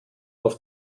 auf